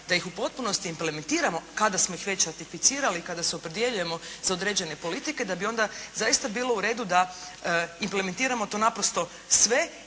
da ih u potpunosti implementiramo kada smo ih već ratificirali i kada se opredjeljujemo za određene politike da bi onda zaista bilo u redu da implementiramo tu naprosto sve